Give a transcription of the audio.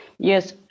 Yes